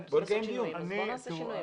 אם אתה רוצה לעשות שינויים אז בואו נעשה שינויים.